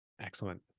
excellent